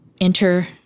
Enter